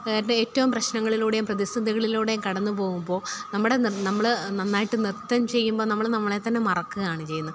കാരണം ഏറ്റവും പ്രശ്നങ്ങളിലൂടെയും പ്രതിസന്ധികളിലൂടെയും കടന്നു പോകുമ്പോൾ നമ്മുടെ നമ്മൾ നന്നായിട്ടുണ്ട് നൃത്തം ചെയ്യുമ്പം നമ്മൾ നമ്മളെ തന്നെ മറക്കുകയാണ് ചെയ്യുന്നത്